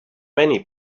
many